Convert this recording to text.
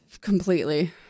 Completely